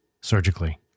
surgically